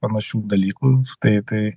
panašių dalykų tai tai